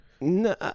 No